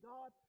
God